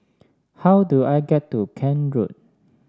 how do I get to Kent Road